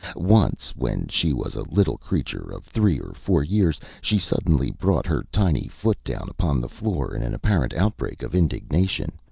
once when she was a little creature of three or four years she suddenly brought her tiny foot down upon the floor in an apparent outbreak of indignation,